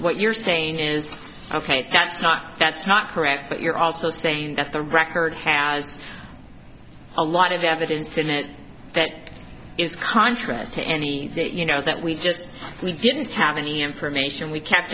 what you're saying is ok that's not that's not correct but you're also saying that the record has a lot of evidence in it that is contrary to any that you know that we just we didn't have any information we kept